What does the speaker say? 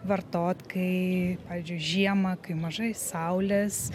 vartot kai pavyzdžiui žiemą kai mažai saulės